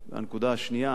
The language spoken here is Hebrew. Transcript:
הנקודה השנייה,